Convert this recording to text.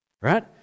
right